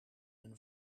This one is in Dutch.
een